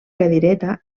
cadireta